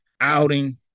outing